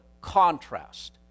contrast